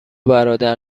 برادر